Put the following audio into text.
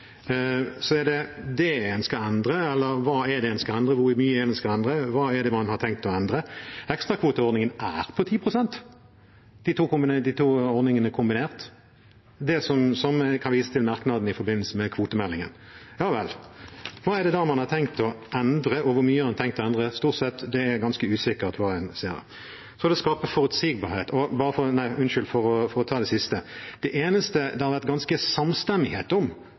Er det det en skal endre, eller hva er det en skal endre på? Hvor mye skal en endre? Hva er det man har tenkt å endre? Ekstrakvoteordningen er på 10 pst. – de to ordningene kombinert. Jeg kan vise til merknadene i forbindelse med kvotemeldingen. Hva er det da man har tenkt å endre, og hvor mye har en tenkt å endre? Det er stort sett ganske usikkert. For å ta det siste: Det eneste det har vært samstemmighet om hos Fiskarlaget og andre av fiskernes organisasjoner, er at man ikke skal røre ressursfordelingen mellom fartøygruppene. Det finnes dem som mener noe annet, men det er det som har vært